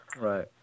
Right